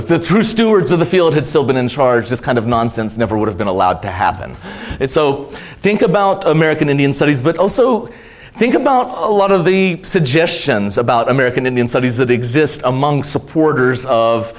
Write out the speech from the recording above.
if the true stewards of the field had still been in charge this kind of nonsense never would have been allowed to happen so think about american indian studies but also think about a lot of the suggestions about american indian studies that exist among supporters of